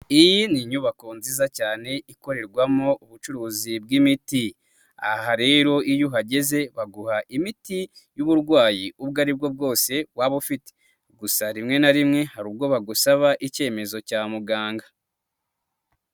Iyi ni inyubako nziza cyane ikorerwamo ubucuruzi bw'imiti, aha rero iyo uhageze baguha imiti y'uburwayi ubwo aribwo bwose waba ufite, gusa rimwe na rimwe, hari ubwo bagusaba icyemezo cya muganga.